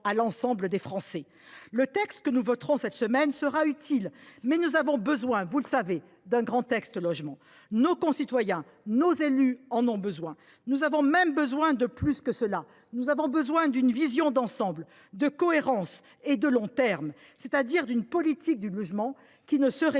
à l’ensemble des Français. Le texte que nous voterons cette semaine sera utile, mais nous avons besoin, vous le savez, d’un grand texte sur le logement. Nos concitoyens, nos élus en ont besoin. Mieux, nous avons besoin d’une vision d’ensemble, de cohérence et de long terme, c’est à dire d’une politique du logement qui ne se